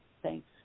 Thanks